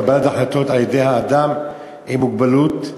קבלת החלטות על-ידי האדם עם מוגבלות.